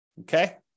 Okay